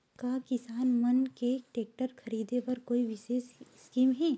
का किसान मन के टेक्टर ख़रीदे बर कोई विशेष स्कीम हे?